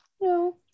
No